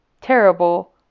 terrible